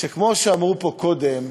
שכמו שאמרו פה קודם,